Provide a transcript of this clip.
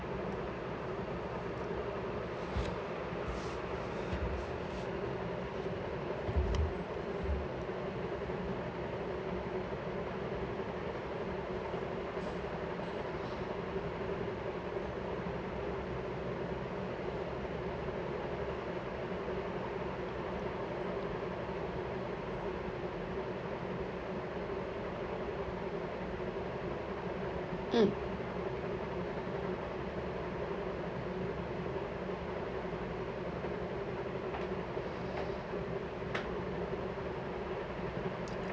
mm